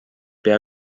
pea